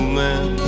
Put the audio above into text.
man